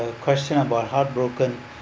the question about heartbroken